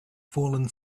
fallen